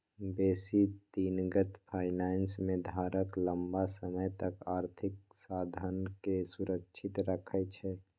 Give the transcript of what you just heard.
बेशी दिनगत फाइनेंस में धारक लम्मा समय तक आर्थिक साधनके सुरक्षित रखइ छइ